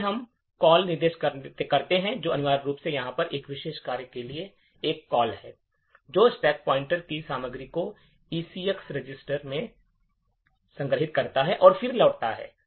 पहले हम कॉल निर्देश देखते हैं जो अनिवार्य रूप से यहाँ पर इस विशेष कार्य के लिए एक कॉल है जो स्टैक पॉइंटर की सामग्री को ECX रजिस्टर में संग्रहीत करता है और फिर लौटता है